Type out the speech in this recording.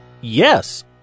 Yes